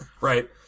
Right